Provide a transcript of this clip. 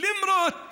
למרות